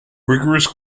rigorous